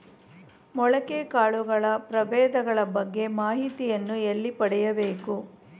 ಮೊಳಕೆ ಕಾಳುಗಳ ಪ್ರಭೇದಗಳ ಬಗ್ಗೆ ಮಾಹಿತಿಯನ್ನು ಎಲ್ಲಿ ಪಡೆಯಬೇಕು?